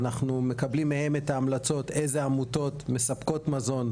אנחנו מקבלים מהם את ההמלצות אילו עמותות מספקות מזון,